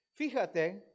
Fíjate